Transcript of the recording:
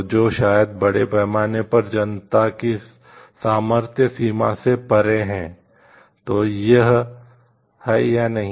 तो जो शायद बड़े पैमाने पर जनता की सामर्थ्य सीमा से परे है तो यह है या नहीं